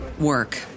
work